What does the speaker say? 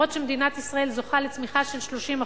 אף שמדינת ישראל זוכה לצמיחה של 30%,